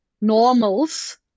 normals